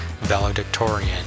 valedictorian